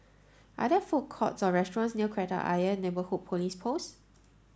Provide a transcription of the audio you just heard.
are there food courts or restaurants near Kreta Ayer Neighbourhood Police Post